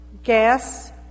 Gas